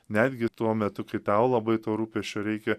netgi tuo metu kai tau labai to rūpesčio reikia